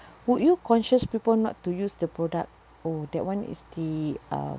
would you conscious people not to use the product oh that [one] is the um